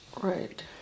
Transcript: Right